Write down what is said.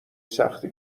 سختی